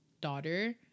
daughter